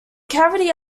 cavity